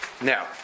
Now